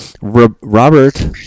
Robert